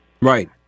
Right